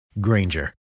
Granger